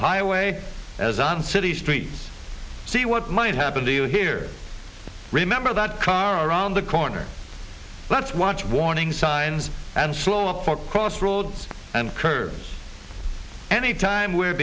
highway as on city streets see what might happen to you here remember that car around the corner let's watch warning signs and slow up for cross roads and curves anytime we